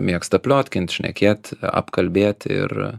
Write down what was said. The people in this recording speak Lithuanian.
mėgsta pliotkint šnekėt apkalbėt ir